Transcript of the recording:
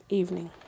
evening